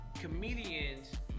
Comedians